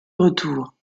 retour